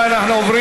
מי נגד?